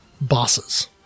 bosses